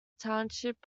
township